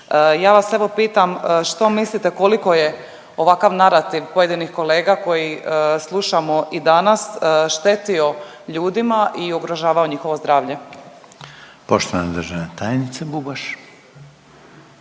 Ja vas evo pitam što mislite koliko je ovakav narativ pojedinih kolega koji slušamo i danas štetio ljudima i ugrožavao njihovo zdravlje. **Reiner, Željko